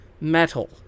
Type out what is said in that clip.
metal